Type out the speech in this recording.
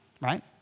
right